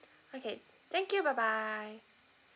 okay thank you bye bye